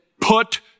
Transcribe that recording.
Put